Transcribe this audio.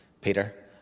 peter